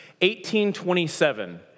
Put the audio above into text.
1827